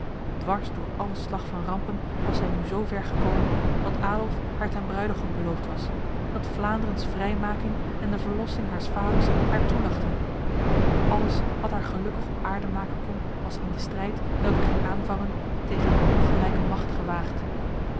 dwars door alle slag van rampen was zij nu zo ver gekomen dat adolf haar ten bruidegom beloofd was dat vlaanderens vrijmaking en de verlossing haars vaders haar toelachten alles wat haar gelukkig op aarde maken kon was in de strijd welke ging aanvangen tegen een ongelijke macht gewaagd